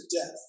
death